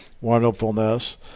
wonderfulness